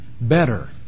better